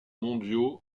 mondiaux